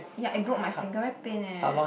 yeah I broke my finger very pain eh